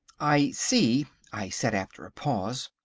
i see, i said after a pause,